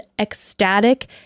ecstatic